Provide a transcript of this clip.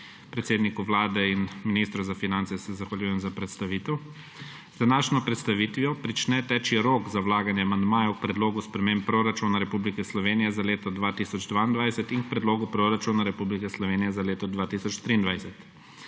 Predsedniku Vlade in ministru za finance se zahvaljujem za predstavitev. Z današnjo predstavitvijo začne teči rok za vlaganje amandmajev k Predlogu sprememb Proračuna Republike Slovenije za leto 2022 in k Predlogu proračuna Republike Slovenije za leto 2023.